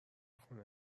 خونه